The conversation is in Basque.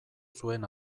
zuen